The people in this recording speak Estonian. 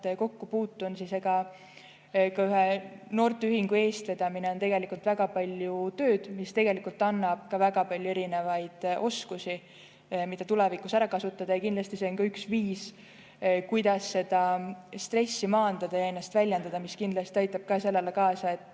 kokku puutun, siis ka ühe noorteühingu eestvedamine nõuab väga palju tööd, aga see tegelikult annab ka väga palju erinevaid oskusi, mida tulevikus ära kasutada. Kindlasti see on ka üks viis, kuidas stressi maandada ja ennast väljendada, ning see kindlasti aitab kaasa sellele, et